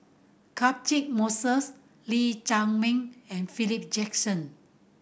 Catchick Moses Lee Chiaw Meng and Philip Jackson